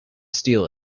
steal